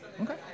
Okay